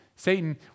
Satan